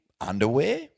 Underwear